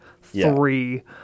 three